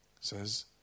says